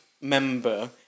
member